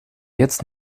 jetzt